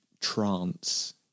Trance